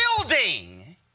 Building